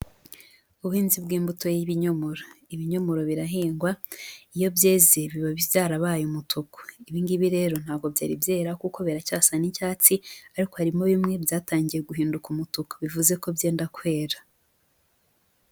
Ubuhinzi bw'imbuto y'ibinyomoro, ibinyomoro birahingwa iyo byeze biba byarabaye umutuku, ibingibi rero ntabwo byari byera, kuko biracyasa n'icyatsi ariko harimo bimwe byatangiye guhinduka umutuku bivuze ko byenda kwera.